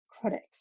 critics